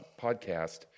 podcast